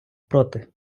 проти